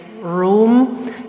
room